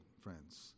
friends